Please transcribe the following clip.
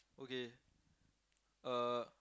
okay uh